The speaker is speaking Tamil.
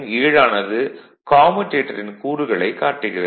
7 ஆனது கம்யூடேடரின் கூறுகளைக் காட்டுகிறது